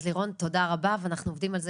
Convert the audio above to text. אז לירון תודה רבה ואנחנו עובדים על זה